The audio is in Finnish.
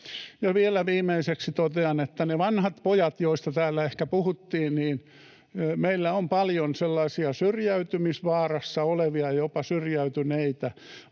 Vielä viimeiseksi totean niistä vanhoistapojista, joista täällä ehkä puhuttiin, että meillä on paljon sellaisia syrjäytymisvaarassa olevia ja jopa syrjäytyneitä